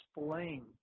explain